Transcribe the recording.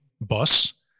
bus